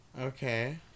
Okay